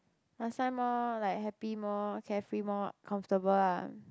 last time more like happy more carefree more comfortable ah